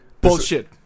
bullshit